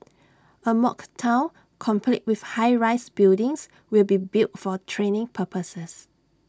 A mock Town complete with high rise buildings will be built for training purposes